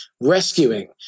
rescuing